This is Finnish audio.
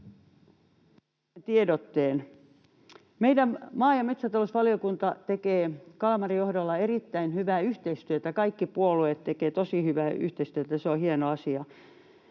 Meidän maa- ja metsätalousvaliokunta tekee Kalmarin johdolla erittäin hyvää yhteistyötä, kaikki puolueet tekevät tosi hyvää yhteistyötä, se on hieno asia.